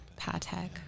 patek